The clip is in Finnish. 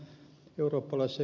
jos ed